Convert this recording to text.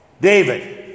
David